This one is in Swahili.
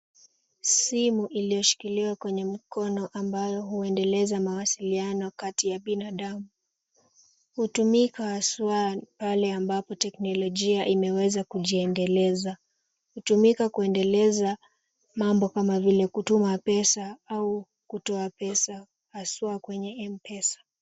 Simu iliyoshikiliwa kwenye mikono ambayo huendeleza mawasiliano kati ya binadamu. Hutumika haswa pale ambapo teknolojia imeweza kujiendeleza. Hutumika kuendeleza mambo kama vile kutuma pesa au kutoa pesa, haswa kwenye M-Pesa.